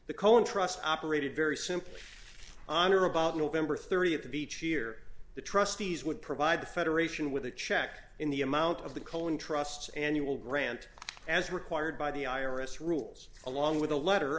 the cohen trust operated very simply on or about november th the beach year the trustees would provide the federation with a check in the amount of the colon trusts annual grant as required by the i r s rules along with a letter